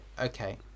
Okay